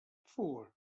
four